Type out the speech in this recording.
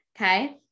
Okay